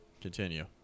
Continue